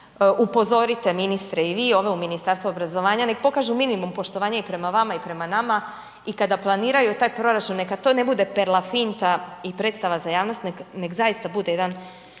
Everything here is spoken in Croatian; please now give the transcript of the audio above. Upozorite ministre i vi i ove u Ministarstvu obrazovanja neka pokažu minimum poštovanja i prema vama i prema nama i kada planiraju taj proračun neka to ne bude per la finta i predstava za jasnost nego zaista bude jedan